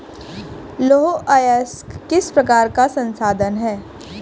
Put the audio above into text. लौह अयस्क किस प्रकार का संसाधन है?